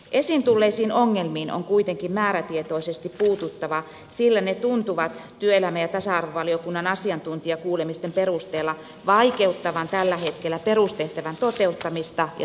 esiin tulleisiin ongelmiin on kuitenkin määrätietoisesti puututtava sillä ne tuntuvat työelämä ja tasa arvovaliokunnan asiantuntijakuulemisten perusteella vaikeuttavan tällä hetkellä perustehtävän toteuttamista ja työntekijöiden hyvinvointia